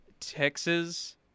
Texas